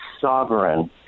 sovereign